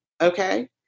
Okay